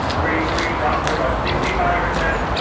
grade three drops to about sixty five percent.